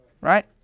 Right